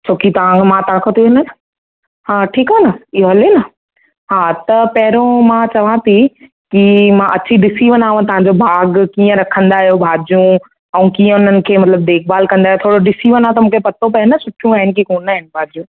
छोकी तव्हां मां तव्हां खां वठी वेंदसि हा ठीकु आहे न इहो हले न हा त पहरियों मां चवां थी की मां अची ॾिसी वञाव तव्हांजो बाग़ कीअं रखंदा आहियो भाॼूं ऐं कीअं उन्हनि खे मतलबु देखभाल कंदा आहियो थोरो ॾिसी वञा त मूंखे पतो पिए न सुठियूं आहिनि की न कोन आहिनि भाॼियूं